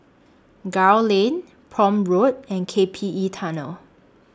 Gul Lane Prome Road and K P E Tunnel